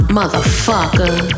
Motherfucker